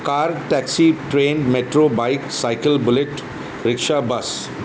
car taxi train metro bike cycle bullet rickshaw bus